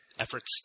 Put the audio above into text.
efforts